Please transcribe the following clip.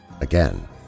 again